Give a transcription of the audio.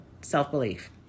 self-belief